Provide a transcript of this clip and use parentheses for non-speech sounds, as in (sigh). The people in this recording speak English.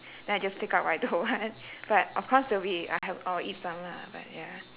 then I just take out what I don't want (laughs) but of course there'll be I have I will eat some lah but ya